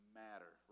matter